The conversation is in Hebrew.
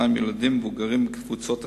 הן ילדים ומבוגרים בקבוצות הסיכון,